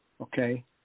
okay